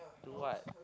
do what